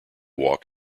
walk